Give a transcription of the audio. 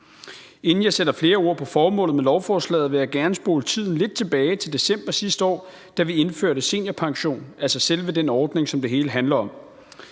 Inden jeg sætter flere ord på formålet med lovforslaget, vil jeg gerne spole tiden lidt tilbage til december sidste år, da vi indførte seniorpensionen, altså selve den ordning, som det hele handler om.